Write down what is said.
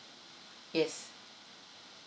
yes